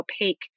opaque